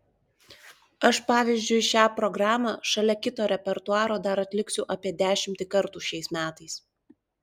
aš pavyzdžiui šią programą šalia kito repertuaro dar atliksiu apie dešimtį kartų šiais metais